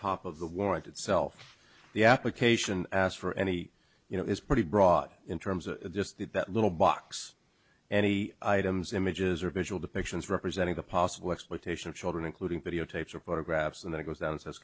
top of the warrant itself the application asked for any you know is pretty broad in terms of just that little box any items images or visual depictions representing the possible exploitation of children including videotapes report a graps and then goes out and says